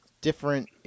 different